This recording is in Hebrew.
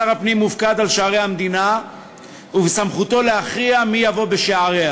שר הפנים מופקד על שערי המדינה ובסמכותו להכריע מי יבוא בשעריה.